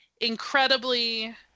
incredibly